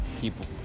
people